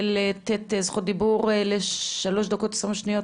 לתת זכות דיבור לשלוש דקות ועשרים שניות,